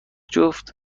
جفت